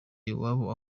iwabo